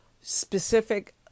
specific